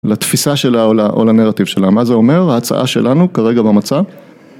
לתפיסה שלה או לנרטיב שלה, מה זה אומר? ההצעה שלנו כרגע במצע